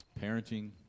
Parenting